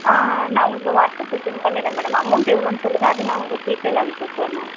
நான் உங்களுக்கு வாட்ஸப்பில் சென்ட் பண்ணிவிட்றேங்க மேடம் அமௌண்ட் எவ்வளோன்னு சொல்லுங்கள் அதை நான் உங்களுக்கு ஜிபேவில அனுப்ச்சிவிட்டுறேன் மேம்